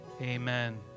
amen